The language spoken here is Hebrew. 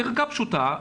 ערכה פשוטה,